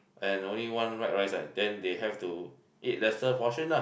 and only want white rice right then they have to eat lesser portion lah